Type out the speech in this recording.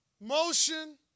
motion